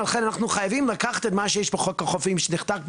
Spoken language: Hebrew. לכן אנחנו חייבים לקחת את מה שיש בחוק החופים שנחקק ב-2004,